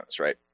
right